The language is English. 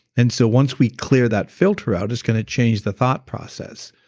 and so once we clear that filter out it's going to change the thought process.